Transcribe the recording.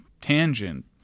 tangent